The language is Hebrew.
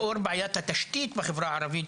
לאור בעיית התשתית בחברה הערבית,